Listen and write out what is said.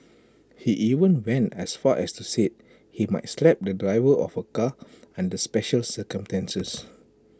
he even went as far as to say he might slap the driver of A car under special circumstances